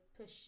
push